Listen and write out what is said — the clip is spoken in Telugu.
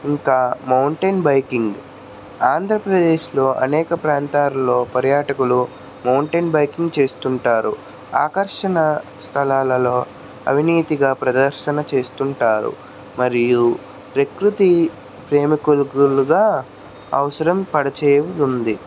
ఇంకా మౌంటైన్ బైకింగ్ ఆంధ్రప్రదేశ్లో అనేక ప్రాంతాలలో పర్యాటకులు మౌంటైన్ బైకింగ్ చేస్తుంటారు ఆకర్షణ స్థలాలలో అవినీతిగా ప్రదర్శన చేస్తుంటారు మరియు ప్రకృతి ప్రేమికులుకులుగా అవసరం పరిచయం ఉంది